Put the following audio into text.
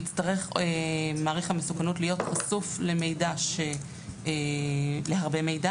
יצטרך מעריך המסוכנות להיות חשוף להרבה מידע